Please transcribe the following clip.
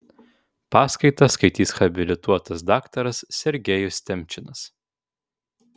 paskaitą skaitys habilituotas daktaras sergejus temčinas